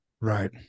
right